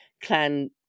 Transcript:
clan